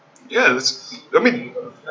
yes I mean